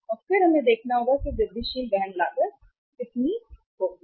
और फिर हमें वह देखना होगा बात वृद्धिशील वहन लागत कितनी होगी